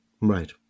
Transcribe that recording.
Right